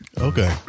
Okay